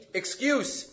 excuse